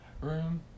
room